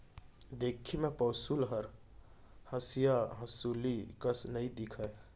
दिखे म पौंसुल हर हँसिया हँसुली कस नइ दिखय